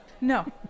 No